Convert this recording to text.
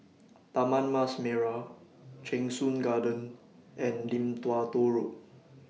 Taman Mas Merah Cheng Soon Garden and Lim Tua Tow Road